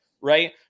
right